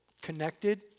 connected